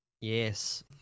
Yes